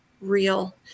real